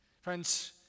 Friends